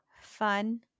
fun